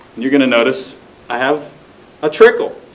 you are going to notice i have a trickle.